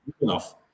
enough